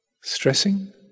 stressing